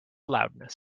loudness